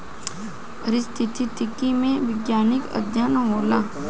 पारिस्थितिकी में वैज्ञानिक अध्ययन होला